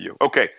Okay